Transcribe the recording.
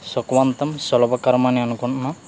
సుఖవంతం సులభకరం అని అనుకున్నాం